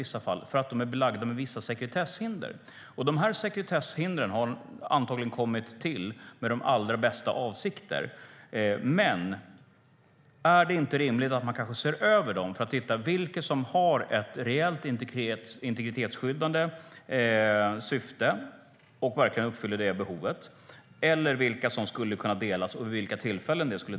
Man har nämligen belagts med vissa sekretesshinder, och dessa har antagligen kommit till med de allra bästa avsikter. Men vore det inte rimligt att se över dem för att utreda vilka regler som har ett reellt integritetsskyddande syfte och svarar mot det behovet? Vilka uppgifter skulle kunna delas och vid vilka tillfällen?